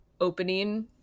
opening